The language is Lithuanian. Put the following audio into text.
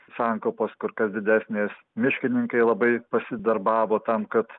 sankaupos kur kas didesnės miškininkai labai pasidarbavo tam kad